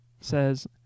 says